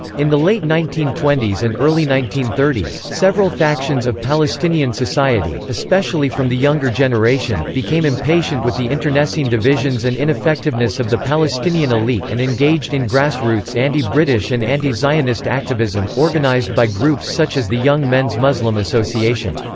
in the late nineteen twenty s and early nineteen thirty s, several factions of palestinian society, especially from the younger generation, became impatient with the internecine divisions and ineffectiveness of the palestinian elite and engaged in grass-roots anti-british and anti-zionist anti-zionist activism, organised by groups such as the young men's muslim association.